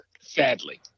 sadly